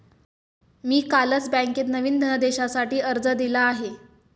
मी कालच बँकेत नवीन धनदेशासाठी अर्ज दिला आहे